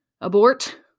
Abort